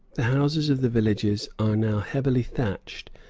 the houses of the villages are now heavily thatched,